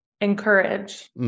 encourage